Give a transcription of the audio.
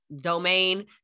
domain